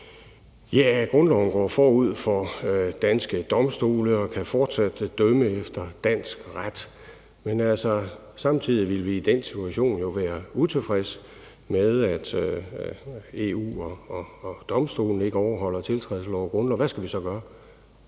Ja, grundloven går forud for danske domstole, og man kan fortsat dømme efter dansk ret, men altså, samtidig ville vi i den situation jo være utilfredse med, at EU og Domstolen ikke overholder tiltrædelseslov og grundlov. Hvad skal vi så gøre,